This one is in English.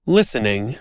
Listening